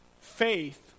faith